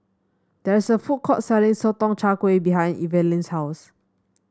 there is a food court selling Sotong Char Kway behind Evalena's house